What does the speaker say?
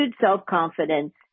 self-confidence